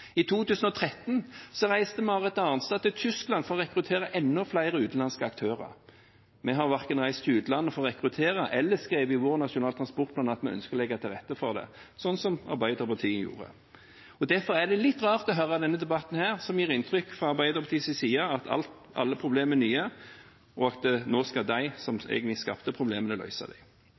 I 2013 reiste Marit Arnstad til Tyskland for å rekruttere enda flere utenlandske aktører. Vi har verken reist til utlandet for å rekruttere eller skrevet i vår nasjonale transportplan at vi ønsker å legge til rette for det, slik som Arbeiderpartiet gjorde. Derfor er det litt rart å høre i denne debatten, som det gis inntrykk av fra Arbeiderpartiets side, at alle problemer er nye, og at nå skal de som egentlig skapte problemene, løse dem. De